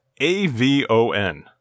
AVON